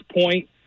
point